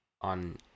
on